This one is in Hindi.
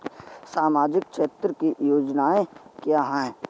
सामाजिक क्षेत्र की योजनाएँ क्या हैं?